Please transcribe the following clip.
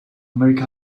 america